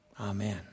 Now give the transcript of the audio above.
Amen